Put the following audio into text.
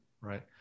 Right